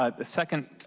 ah the second